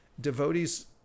devotees